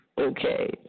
Okay